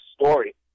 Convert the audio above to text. story